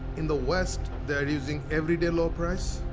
in the west, they're using everyday low price.